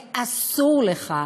ואסור לך,